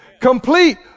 Complete